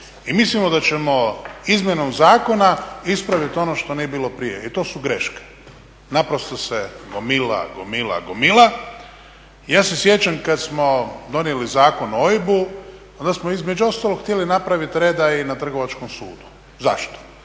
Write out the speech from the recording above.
i mislimo da ćemo izmjenom zakona ispraviti ono što nije bilo prije i to su greške. Naprosto se gomila, gomila, gomila. Ja se sjećam kada smo kada smo donijeli Zakon o OIB-u onda smo između ostalog htjeli napraviti reda i na Trgovačkom sudu. Zašto?